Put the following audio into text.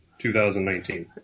2019